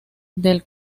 del